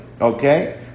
Okay